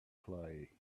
clay